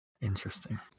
interesting